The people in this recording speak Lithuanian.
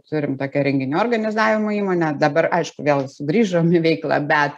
turim tokią renginių organizavimo įmonę dabar aišku vėl sugrįžom į veiklą bet